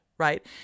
Right